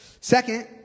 Second